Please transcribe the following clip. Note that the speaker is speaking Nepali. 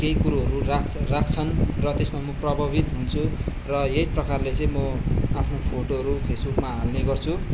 केही कुरोहरू राख्छन् रत्यसमा म प्रभावित हुन्छु र यही प्रकारले चाहिँ म आफ्नो फोटोहरू फेसबुकमा हाल्ने गर्छु